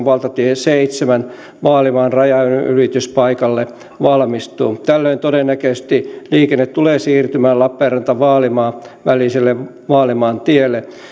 valtatie seitsemään vaalimaan rajanylityspaikalle valmistuu tällöin todennäköisesti liikenne tulee siirtymään lappeenranta vaalimaa väliselle vaalimaantielle